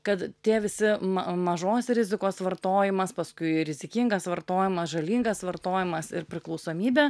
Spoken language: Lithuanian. kad tie visi ma mažos rizikos vartojimas paskui rizikingas vartojimas žalingas vartojimas ir priklausomybė